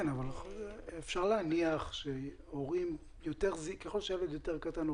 אפשר להניח שככל שהילד יותר קטן,